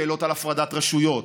שאלות על הפרדת רשויות,